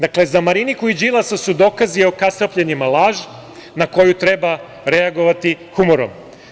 Dakle, za Mariniku i Đilasa su dokazi o kasapljenjima laž, na koju treba reagovati humorom.